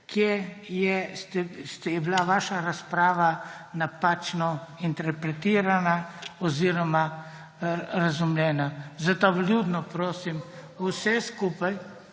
kje je bila vaša razprava napačno interpretirana oziroma razumljena. Zato vljudno prosim vse skupaj,